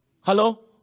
Hello